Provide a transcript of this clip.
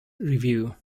review